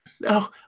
No